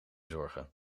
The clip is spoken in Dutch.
zorgen